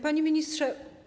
Panie Ministrze!